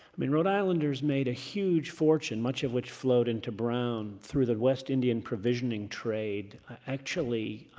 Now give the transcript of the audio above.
i mean rhode islanders made a huge fortune, much of which flowed into brown through the west indian provisioning trade, actually